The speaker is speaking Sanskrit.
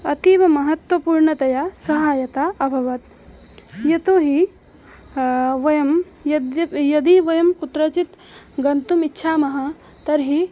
अतीव महत्त्वपूर्णतया सहायता अभवत् यतो हि वयं यद्यपि यदि वयं कुत्रचित् गन्तुम् इच्छामः तर्हि